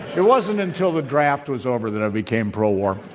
it wasn't until the draft was over that i became pro war.